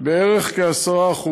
בערך כ-10%.